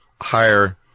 higher